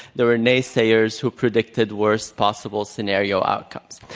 there were naysayers who predicted worst-possible scenario outcomes.